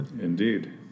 Indeed